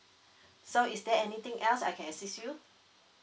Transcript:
so is there anything else I can assist you